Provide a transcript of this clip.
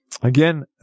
again